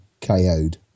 ko'd